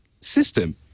system